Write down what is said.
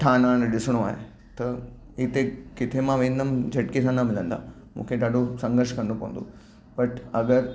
अठा आना न ॾिसणो आहे त हिते किथे मां वेंदमि झटिके सां न मिलंदा मूंखे ॾाढो संघर्ष करिणो पवंदो बट अगरि